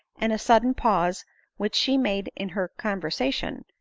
and a sudden pause which she made in her con versation,